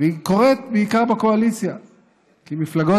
והיא קורית בעיקר בקואליציה כי מפלגות